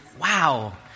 Wow